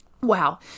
Wow